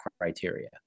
criteria